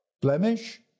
blemish